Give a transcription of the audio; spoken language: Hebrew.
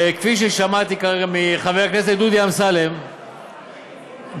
כפי ששמעתי כרגע מחבר הכנסת דודי אמסלם דודי,